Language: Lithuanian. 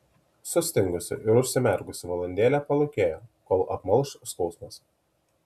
sustingusi ir užsimerkusi valandėlę palūkėjo kol apmalš skausmas